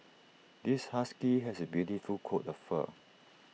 this husky has A beautiful coat of fur